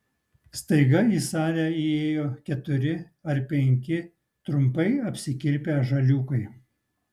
staiga į salę įėjo keturi ar penki trumpai apsikirpę žaliūkai